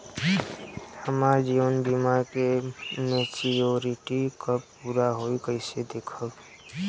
हमार जीवन बीमा के मेचीयोरिटी कब पूरा होई कईसे देखम्?